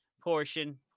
portion